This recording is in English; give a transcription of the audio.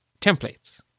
templates